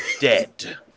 dead